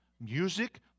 music